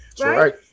right